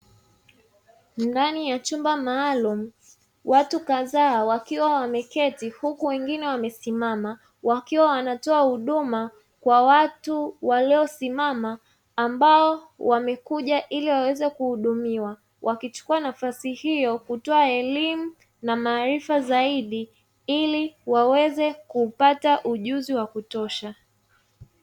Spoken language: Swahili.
Ndani ya chumba maalumu watu kadhaa wakiwa wameketi huku wengine wamesimama, wakiwa wanatoa huduma kwa watu waliosimama ambao wamekuja ili waweze kuhudumiwa, wakichukua nafasi hiyo kutoa elimu na maarifa zaidi ili waweze kupata ujuzi wa kutosha.